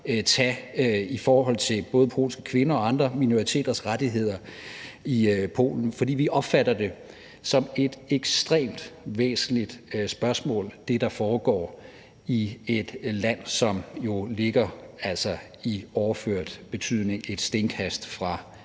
tage i forhold til både polske kvinders og minoriteters rettigheder i Polen. For vi opfatter det som et ekstremt væsentligt spørgsmål, hvad der foregår i et land, som jo altså i overført betydning ligger et stenkast fra